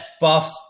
buff